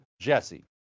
JESSE